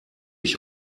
ich